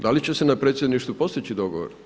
Da li će se na predsjedništvu postići dogovor?